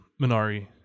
Minari